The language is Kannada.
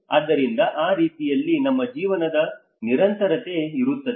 ಆದ್ದರಿಂದ ಆ ರೀತಿಯಲ್ಲಿ ನಿಮ್ಮ ಜೀವನದ ನಿರಂತರತೆ ಇರುತ್ತದೆ